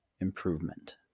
improvement